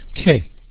Okay